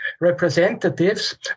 representatives